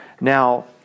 Now